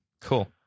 Cool